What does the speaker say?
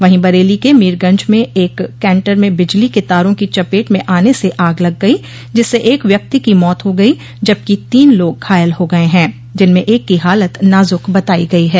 वहीं बरेली के मीरगंज में एक कैंटर में बिजली के तारों की चपेट में आने से आग लग गई जिससे एक व्यक्ति की मौत हो गई जबकि तीन लोग घायल हो गये हैं जिनमें एक की हालत नाजक बताई गई है